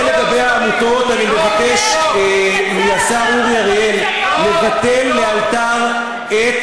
אני מבקש מהשר אורי אריאל לבטל לאלתר את